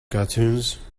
cartoons